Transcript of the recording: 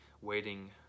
waiting